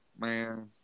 Man